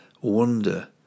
wonder